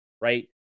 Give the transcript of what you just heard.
right